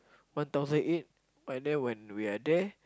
one thousand eight and then when we are there